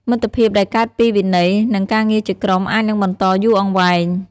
មិត្តភាពដែលកើតពីវិន័យ និងការងារជាក្រុម អាចនឹងបន្តយូរអង្វែង។